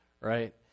right